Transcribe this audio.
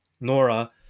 Nora